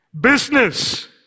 Business